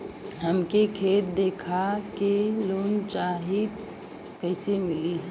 हमके खेत देखा के लोन चाहीत कईसे मिली?